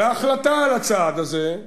וההחלטה על הצעד הזה,